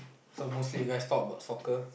so mostly less talk about soccer